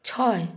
ছয়